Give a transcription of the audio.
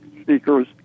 speakers